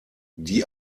die